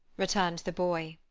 returned the boy.